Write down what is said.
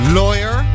lawyer